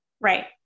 right